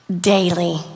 daily